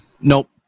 Nope